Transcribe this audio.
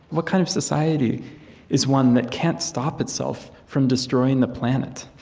what kind of society is one that can't stop itself from destroying the planet?